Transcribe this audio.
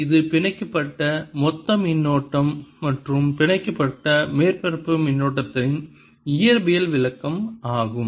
எனவே இது பிணைக்கப்பட்ட மொத்த மின்னோட்டம் மற்றும் பிணைக்கப்பட்ட மேற்பரப்பு மின்னோட்டத்தின் இயற்பியல் விளக்கம் ஆகும்